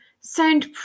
sound